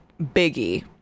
biggie